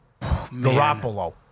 Garoppolo